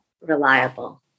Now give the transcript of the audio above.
reliable